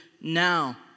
now